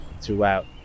throughout